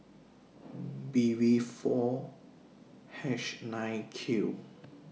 B V four H nine Q